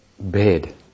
bed